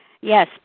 Yes